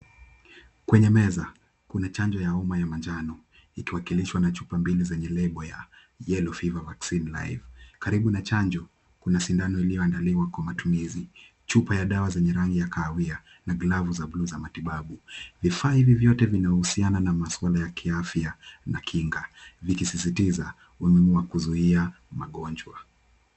Kwenye meza, kuna chanjo ya homa ya manjano, ikiwakilishwa na chupa mbili zenye lebo ya yellow fever vaccine live . Karibu na chanjo kuna sindano iliyoandaliwa kwa matumizi. Chupa ya dawa zenye rangi ya kahawia na glavu za bluu za matibabu. Vifaa hivi vyote vinahusiana na masuala ya kiafya na kinga, vikisisitiza umuhimu wa kuzuia magonjwa.